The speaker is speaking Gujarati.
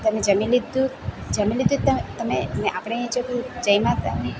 તમે જમી લીધું જમી લીધું તમે તમે ને આપણે અહીં છે કેવું જમ્યા તમે